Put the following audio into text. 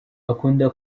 akunda